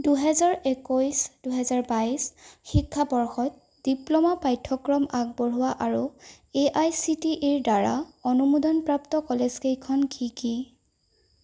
দুইহেজাৰ একৈছ দুইহেজাৰ বাইছ শিক্ষাবৰ্ষত ডিপ্ল'মা পাঠ্যক্ৰম আগবঢ়োৱা আৰু এ আই চি টি ইৰ দ্বাৰা অনুমোদন প্ৰাপ্ত কলেজকেইখন কি কি